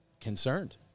concerned